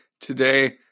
today